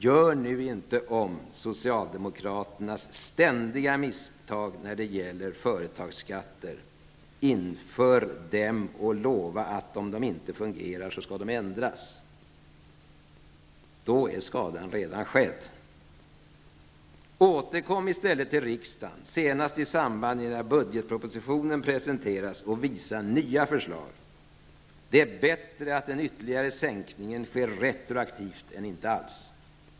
Gör nu inte om socialdemokraternas ständiga misstag när det gäller företagsskatter, att införa dem och lova att om de inte fungerar skall de ändras. Då är skadan redan skedd. Återkom i stället till riksdagen senast i samband med att budgetpropositionen presenteras och visa nya förslag. Det är bättre att den ytterligare sänkningen sker retroaktivt än inte alls.